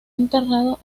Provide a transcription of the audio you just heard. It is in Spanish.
enterrado